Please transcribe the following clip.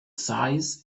size